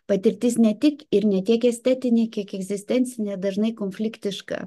patirtis ne tik ir ne tiek estetinė kiek egzistencinė dažnai konfliktiška